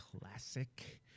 classic